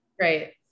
right